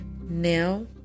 Now